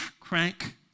crank